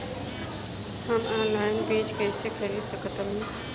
हम ऑनलाइन बीज कईसे खरीद सकतानी?